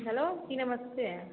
hello जी नमस्ते